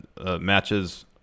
matches